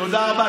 תודה רבה.